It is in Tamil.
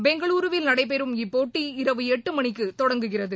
பெங்களூருவில் நடைபெறும் இப்போட்டி இரவு எட்டு மணிக்கு தொடங்குகிறது